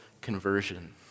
conversion